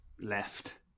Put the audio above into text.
left